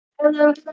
hello